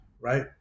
Right